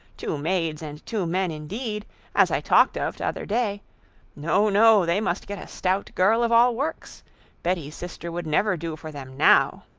two maids and two men, indeed as i talked of t'other day no, no, they must get a stout girl of all works betty's sister would never do for them now.